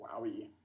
Wowie